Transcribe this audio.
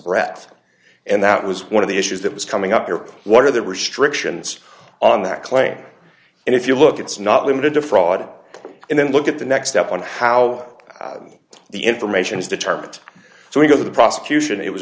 breath and that was one of the issues that was coming up europe what are the restrictions on that clay and if you look it's not limited to fraud and then look at the next step on how the information is determined so we go to the prosecution it was